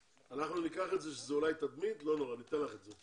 אולי זה סרטון תדמית, לא נורא, ניתן לך את זה.